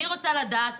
אני רוצה לדעת,